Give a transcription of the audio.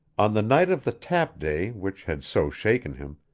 on the night of the tap day which had so shaken him,